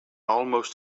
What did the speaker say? almost